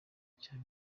cya